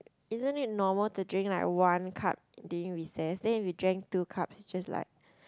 isn't it normal to drink like one cup during recess then if you drank two cups it's just like